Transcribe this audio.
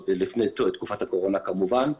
לפני תקופת הקורונה כמובן,